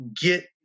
get